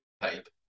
type